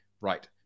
right